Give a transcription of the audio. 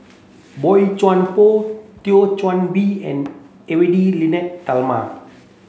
Boey Chuan Poh Thio Chan Bee and Edwy Lyonet Talma